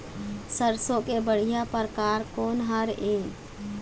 सरसों के बढ़िया परकार कोन हर ये?